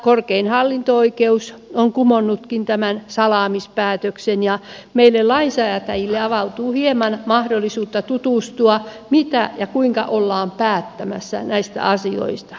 korkein hallinto oikeus on kumonnutkin tämän salaamispäätöksen ja meille lainsäätäjille avautuu hieman mahdollisuutta tutustua siihen mitä ja kuinka ollaan päättämässä näistä asioista